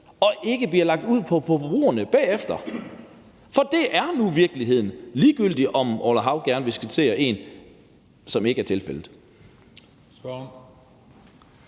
og ikke bliver lagt ud på forbrugerne bagefter – for det er nu virkeligheden, ligegyldigt om Orla Hav vil skitsere en, som ikke er tilfældet. Kl.